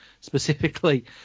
specifically